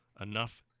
enough